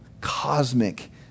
cosmic